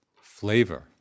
flavor